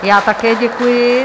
Já také děkuji.